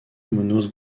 muñoz